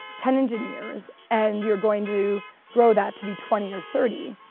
ten engineers and you're going to grow that to be twenty or thirty,